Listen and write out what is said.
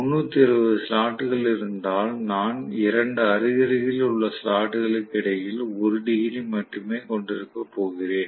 360 slot கள் இருந்தால் நான் 2 அருகருகில் உள்ள ஸ்லாட் களுக்கு இடையில் 1 டிகிரி மட்டுமே கொண்டிருக்கப் போகிறேன்